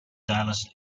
dallas